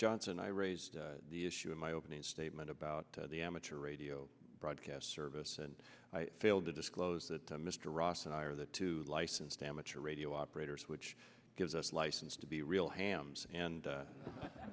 johnson i raised the issue in my opening statement about the amateur radio broadcast service and i failed to disclose that mr ross and i are the two licensed amateur radio operators which gives us license to be real hams and